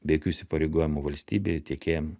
be jokių įsipareigojimų valstybei tiekėjam